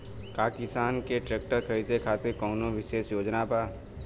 का किसान के ट्रैक्टर खरीदें खातिर कउनों विशेष योजना बा?